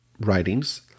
writings